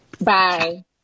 Bye